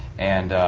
and